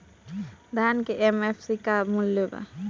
धान के एम.एफ.सी मूल्य का बा?